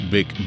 Big